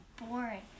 boring